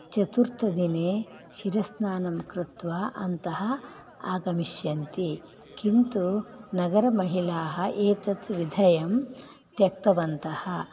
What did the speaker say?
चतुर्थदिने शिरस्नानं कृत्वा अन्तः आगमिष्यन्ति किन्तु नगरमहिलाः एतत् विधयं त्यक्तवन्तः